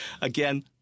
Again